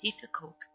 difficult